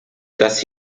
das